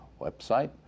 website